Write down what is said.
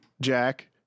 jack